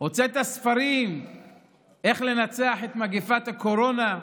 הוצאת ספרים איך לנצח את מגפת הקורונה,